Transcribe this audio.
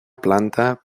planta